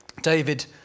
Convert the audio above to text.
David